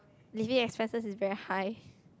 living expenses is very high